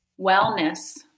wellness